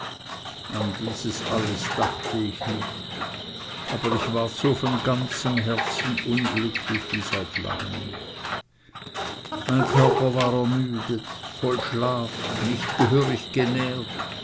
an dieses alles dachte ich nicht aber ich ward so von ganzem herzen unglücklich wie seit langem nicht mein körper war ermüdet voll schlaf nicht gehörig genährt